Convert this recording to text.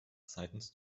seitens